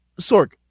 Sork